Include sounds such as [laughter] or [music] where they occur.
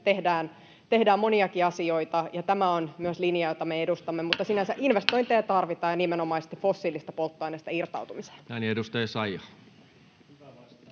tehdään moniakin asioita, ja tämä on myös linja, jota me edustamme. [noise] Mutta sinänsä investointeja tarvitaan, ja nimenomaisesti fossiilisista polttoaineista irtautumiseen. [Speech 26]